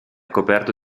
coperto